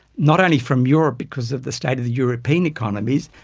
not only from europe because of the state of the european economies,